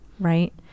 Right